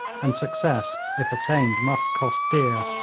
and success if attained must cost dear,